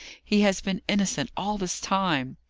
he has been innocent all this time.